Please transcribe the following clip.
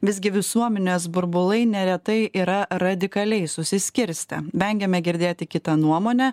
visgi visuomenės burbulai neretai yra radikaliai susiskirstę vengiame girdėti kitą nuomonę